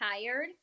tired